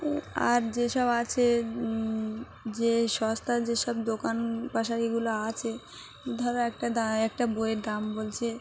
আর যেসব আছে যে সস্তার যেসব দোকান পাশারিগুলো আছে ধরো একটা দ একটা বইয়ের দাম বলছে